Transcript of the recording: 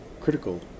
critical